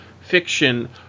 fiction